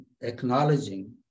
acknowledging